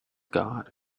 garden